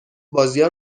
بازیا